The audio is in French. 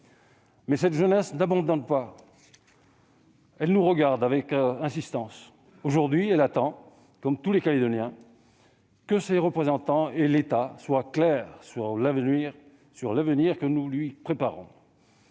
Mais cette jeunesse n'abandonne pas : elle nous regarde avec insistance. Aujourd'hui, elle attend, comme tous les Calédoniens, que ses représentants et l'État soient clairs sur l'avenir que nous lui préparons.